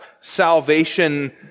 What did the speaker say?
salvation